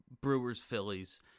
Brewers-Phillies